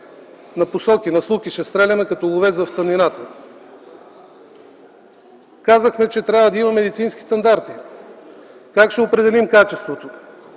Напосоки, наслуки ще стреляме като ловец в тъмнината. Казахме, че трябва да има медицински стандарти. Как ще определим качеството